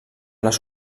les